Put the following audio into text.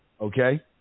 okay